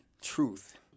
truth